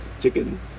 Chicken